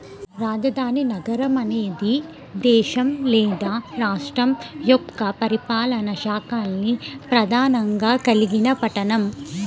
రాజధాని నగరం అనేది దేశం లేదా రాష్ట్రం యొక్క పరిపాలనా శాఖల్ని ప్రధానంగా కలిగిన పట్టణం